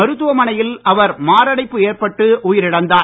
மருத்துவமனையில் அவர் மாரடைப்பு ஏற்பட்டு உயிரிழந்தார்